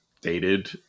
dated